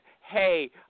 hey